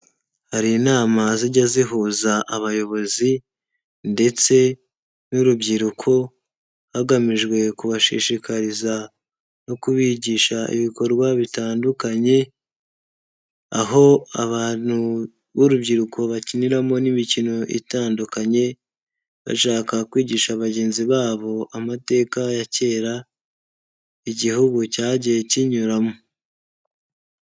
Hari inama zijya zihuza abayobozi ndetse n'urubyiruko hagamijwe kubashishikariza no kubigisha ibikorwa bitandukanye aho abantu b'urubyiruko bakiniramo n'imikino itandukanye bashaka kwigisha bagenzi babo amateka ya kera Igihugu cyagiye kinyuramo.